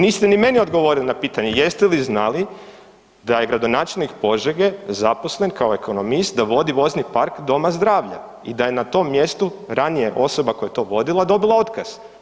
Niste ni meni odgovorili na pitanje jeste li znali da je gradonačelnik Požege zaposlen kao ekonomist i da vodi vozni park doma zdravlja i da je na tom mjestu ranije osoba koja je to vodila dobila otkaz?